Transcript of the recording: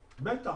בטח.